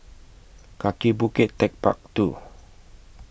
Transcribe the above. Kaki Bukit Techpark two